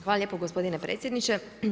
Hvala lijepo gospodine predsjedniče.